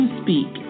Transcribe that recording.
speak